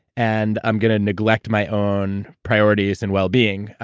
and i'm going to neglect my own priorities and well-being,